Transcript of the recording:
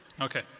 Okay